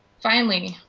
finally,